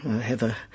Heather